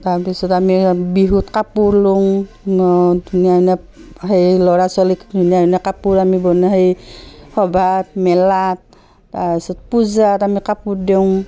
তাৰপিছত আমি বিহুত কাপোৰ লওঁ ধুনীয়া ধুনীয়া সেই ল'ৰা ছোৱালীক ধুনীয়া ধুনীয়া কাপোৰ আমি বনাই সেই সভাত মেলাত তাৰপিছত পূজাত আমি কাপোৰ দিওঁ